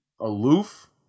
aloof